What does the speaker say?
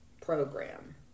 program